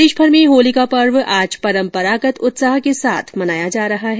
प्रदेशभर में होली का पर्व आज परम्परागत उत्साह के साथ मनाया जा रहा है